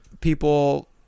people